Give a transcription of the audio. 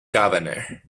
governor